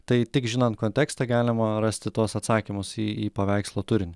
tai tik žinant kontekstą galima rasti tuos atsakymus į į paveikslo turinį